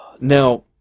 Now